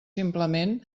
simplement